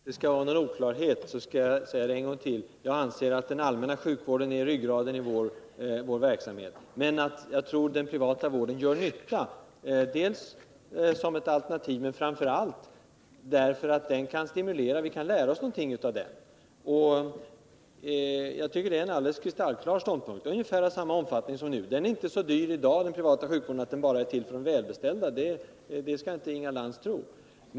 Herr talman! För att det inte skall råda någon oklarhet vill jag än en gång understryka, att jag anser att den allmänna sjukvården är ryggraden i vårt sjukvårdssystem, men att jag tror att den privata vården gör nytta dels som ett alternativ, dels och framför allt därför att vi kan lära oss en del av den. Jag menar också att den privata sjukvården skall ha ungefär samma omfattning som nu. Inga Lantz skall inte påstå att den privata sjukvården i dag är så dyr att den är till bara för de välbeställda.